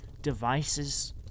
devices